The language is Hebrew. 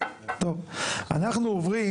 אנחנו עוברים